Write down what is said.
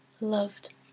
loved